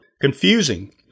confusing